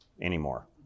anymore